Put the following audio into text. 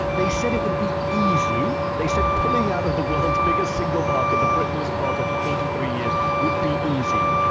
they said it would be easy. they said pulling out of the world's biggest single market, that britain was part of for forty three years, would be easy.